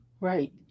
Right